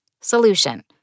Solution